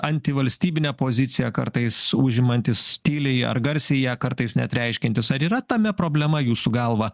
antivalstybinę poziciją kartais užimantis tyliai ar garsiai ją kartais net reiškiantis ar yra tame problema jūsų galva